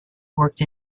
worked